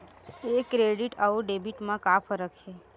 ये क्रेडिट आऊ डेबिट मा का फरक है?